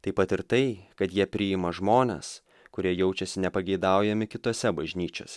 taip pat ir tai kad jie priima žmones kurie jaučiasi nepageidaujami kitose bažnyčios